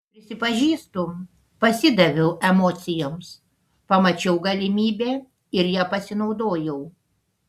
prisipažįstu pasidaviau emocijoms pamačiau galimybę ir ja pasinaudojau